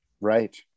Right